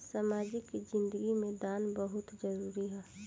सामाजिक जिंदगी में दान बहुत जरूरी ह